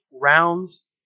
rounds